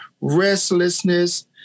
restlessness